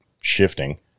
shifting